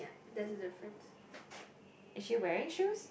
is she wearing shoes